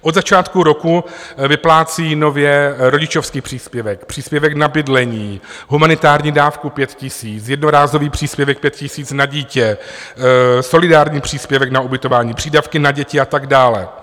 Od začátku roku vyplácí nově rodičovský příspěvek, příspěvek na bydlení, humanitární dávku 5 000, jednorázový příspěvek 5 000 na dítě, solidární příspěvek na ubytování, přídavky na děti a tak dále.